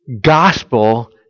gospel